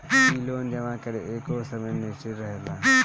इ लोन जमा करे के एगो समय निश्चित रहेला